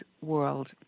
world